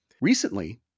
Recently